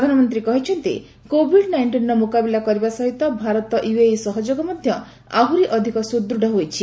ପ୍ରଧାନମନ୍ତ୍ରୀ କହିଛନ୍ତି କୋଭିଡ୍ ନାଇଷ୍ଟିନ୍ର ମୁକାବିଲା କରିବା ସହିତ ଭାରତ ୟୁଏଇ ସହଯୋଗ ମଧ୍ୟ ଆହୁରି ଅଧିକ ସୁଦୃଢ଼ ହୋଇଛି